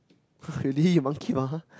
really monkey mah